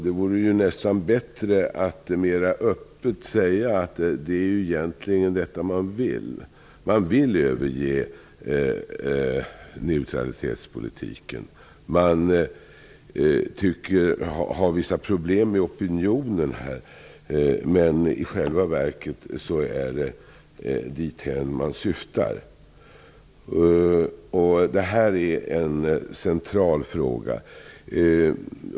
Det vore nästan bättre att mera öppet säga att det egentligen är detta man vill; att överge neutralitetspolitiken. Man har vissa problem med opinionen, men det är i själva verket dithän man syftar. Det här är en central fråga.